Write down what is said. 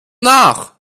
nach